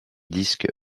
disque